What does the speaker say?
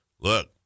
look